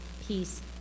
peace